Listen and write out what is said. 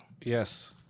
Yes